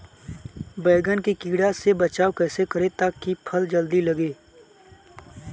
बैंगन के कीड़ा से बचाव कैसे करे ता की फल जल्दी लगे?